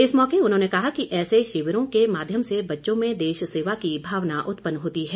इस मौके उन्होंने कहा कि ऐसे शिविरों के माध्यम से बच्चों में देश सेवा की भावना उत्पन्न होती है